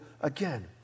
Again